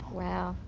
wow.